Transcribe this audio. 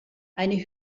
eine